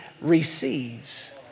receives